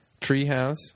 Treehouse